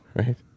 right